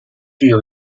具有